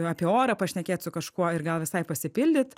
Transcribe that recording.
apie orą pašnekėt su kažkuo ir gal visai pasipildyt